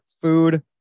food